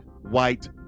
white